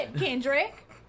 Kendrick